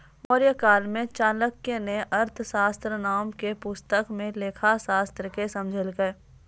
मौर्यकाल मे चाणक्य ने अर्थशास्त्र नाम के पुस्तक मे लेखाशास्त्र के समझैलकै